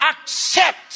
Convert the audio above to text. accept